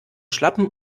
schlappen